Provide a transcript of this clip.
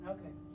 Okay